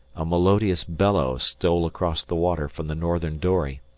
a melodious bellow stole across the water from the northern dory.